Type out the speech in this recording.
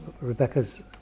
Rebecca's